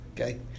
okay